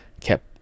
kept